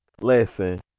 Listen